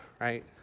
right